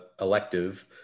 elective